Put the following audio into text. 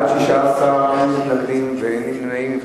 בעד, 16, אין מתנגדים ואין נמנעים.